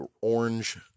orange